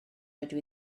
dydw